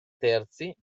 terzi